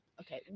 Okay